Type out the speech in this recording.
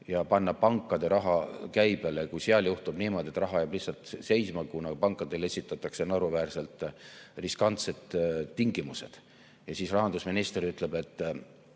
ja panna pankade raha käibele, juhtub niimoodi, et raha jääb lihtsalt seisma, kuna pankadele esitatakse naeruväärselt riskantsed tingimused, ja siis rahandusminister ütleb, et